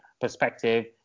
perspective